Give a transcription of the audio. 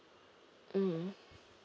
mm